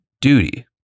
duty